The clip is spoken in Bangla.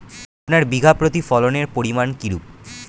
আপনার বিঘা প্রতি ফলনের পরিমান কীরূপ?